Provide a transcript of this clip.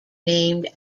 named